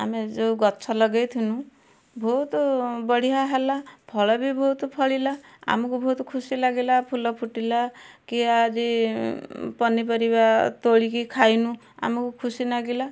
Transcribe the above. ଆମେ ଯେଉଁ ଗଛ ଲଗାଇଥିଲୁ ବହୁତ ବଢ଼ିଆ ହେଲା ଫଳ ବି ବହୁତ ଫଳିଲା ଆମକୁ ବହୁତ ଖୁସି ଲାଗିଲା ଫୁଲ ଫୁଟିଲା କି ଆଜି ପନିପରିବା ତୋଳିକି ଖାଇଲୁ ଆମକୁ ଖୁସି ଲାଗିଲା